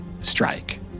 strike